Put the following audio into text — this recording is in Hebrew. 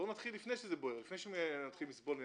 בואו נתחיל לפני שנתחיל לסבול מעשן,